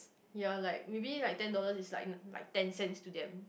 ya like maybe like ten dollars is like like ten cents to them